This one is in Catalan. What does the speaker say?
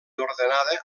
ordenada